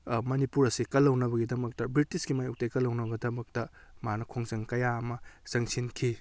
ꯃꯅꯤꯄꯨꯔ ꯑꯁꯤ ꯀꯜꯍꯧꯅꯕꯒꯤꯗꯃꯛꯇ ꯕ꯭ꯔꯤꯇꯤꯁꯀꯤ ꯃꯥꯏꯌꯣꯛꯇꯩ ꯀꯜꯍꯧꯅꯕꯒꯤꯗꯃꯛꯇ ꯃꯥꯅ ꯈꯣꯡꯖꯟ ꯀꯌꯥ ꯑꯃ ꯆꯪꯁꯤꯟꯈꯤ